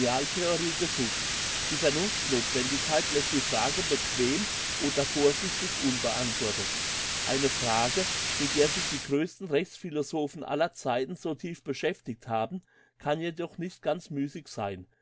gesucht die vernunftnothwendigkeit lässt die frage bequem oder vorsichtig unbeantwortet eine frage mit der sich die grössten rechtsphilosophen aller zeiten so tief beschäftigt haben kann jedoch nicht ganz müssig sein